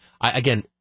again